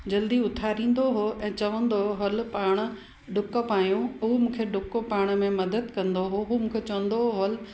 जल्दी उथारिंदो हो ऐं चवंदो हो हल पाण ॾुक पायूं हूं मूंखे ॾुक पाइण में मदद कंदो हो हो मूंखे चवंदो हो हल